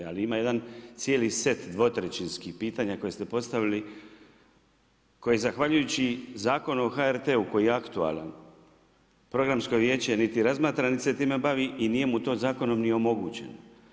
Ali, ima jedan cijeli set 2/3 pitanja koji ste postavili, koji zahvaljujući Zakonu o HRT-u, koji je aktualan, programsko vijeće, niti razmatra, niti se time bavi i nije mu to zakonom ni omogućeno.